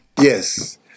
Yes